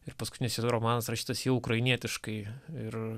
ir paskutinis romanas rašytas jau ukrainietiškai ir